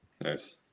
Nice